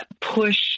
push